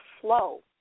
flow